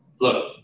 look